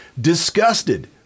disgusted